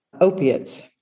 opiates